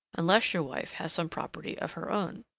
unless your wife had some property of her own.